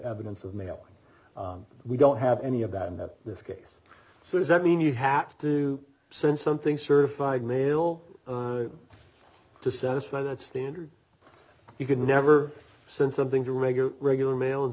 evidence of mail we don't have any of that in that this case so does that mean you have to send something certified mail to satisfy that standard you could never since something to regular regular mail and